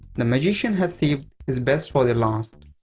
the magician had saved his best for the last.